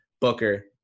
Booker